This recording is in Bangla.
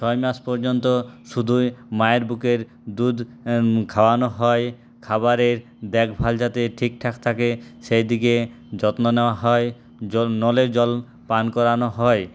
ছয় মাস পর্যন্ত শুধুই মায়ের বুকের দুধ খাওয়ানো হয় খাবারের দেখভাল যাতে ঠিকঠাক থাকে সেই দিকে যত্ন নেওয়া হয় জল নলের জল পান করানো হয়